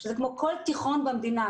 שזה כמו כל תיכון במדינה.